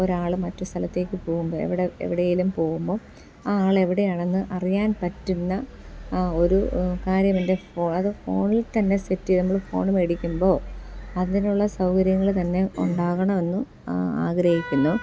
ഒരാൾ മറ്റു സ്ഥലത്തേക്ക് പോവുമ്പോൾ എവിടെ എവിടെയെങ്കിലും പോവുമ്പോൾ ആ ആള എവിടെയാണെന്ന് അറിയാൻ പറ്റുന്ന ഒരു കാര്യം എൻ്റെ ഫോൺ അത് ഫോണിൽ തന്നെ സെറ്റ് ചെയ്തു നമ്മൾ ഫോണ് മേടിക്കുമ്പോൾ അതിനുള്ള സൗകര്യങ്ങൾ തന്നെ ഉണ്ടാകണമന്ന് ആഗ്രഹിക്കുന്നു